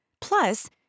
Plus